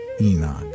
Enoch